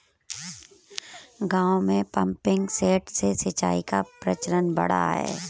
गाँवों में pumping set से सिंचाई का प्रचलन बढ़ा है